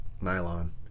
nylon